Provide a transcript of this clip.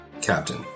captain